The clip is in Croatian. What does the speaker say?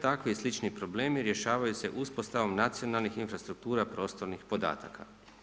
Tako i slični problemi rješavaju se uspostavom nacionalnih infrastruktura prostornih podataka.